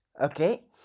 Okay